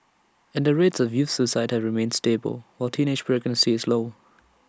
and the rates of youth suicide have remained stable while teenage pregnancy is low